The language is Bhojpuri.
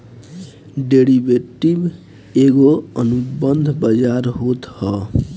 डेरिवेटिव एगो अनुबंध बाजार होत हअ